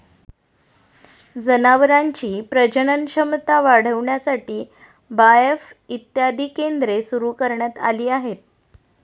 जनावरांची प्रजनन क्षमता वाढविण्यासाठी बाएफ इत्यादी केंद्रे सुरू करण्यात आली आहेत